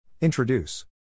Introduce